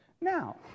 Now